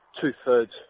two-thirds